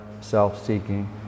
self-seeking